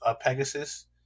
Pegasus